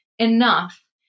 enough